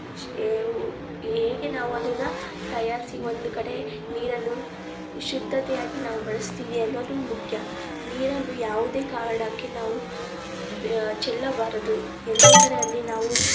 ಹೇಗೆ ನಾವು ಅದನ್ನ ತಯಾರಿಸಿ ಒಂದು ಕಡೆ ನೀರನ್ನು ಶುದ್ಧತೆಯಾಗಿ ನಾವು ಬಳಸ್ತೀವಿ ಅನ್ನೋದು ಮುಖ್ಯ ನೀರನ್ನು ಯಾವುದೇ ಕಾರಣಕ್ಕು ನಾವು ಚೆಲ್ಲಬಾರದು ಎಲ್ಲೆಂದರಲ್ಲಿ ನಾವು